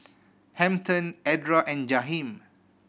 Hampton Edra and Jaheem